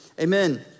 amen